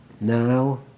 Now